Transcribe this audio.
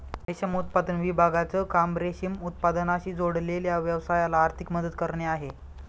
रेशम उत्पादन विभागाचं काम रेशीम उत्पादनाशी जोडलेल्या व्यवसायाला आर्थिक मदत करणे आहे